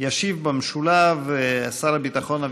אזרבייג'ן בדבר שיתוף פעולה בתחום החקלאות.